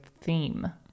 theme